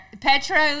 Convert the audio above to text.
Petro